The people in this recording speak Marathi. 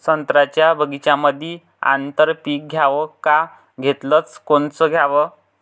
संत्र्याच्या बगीच्यामंदी आंतर पीक घ्याव का घेतलं च कोनचं घ्याव?